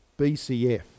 BCF